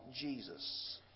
Jesus